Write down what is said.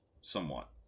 Somewhat